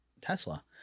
Tesla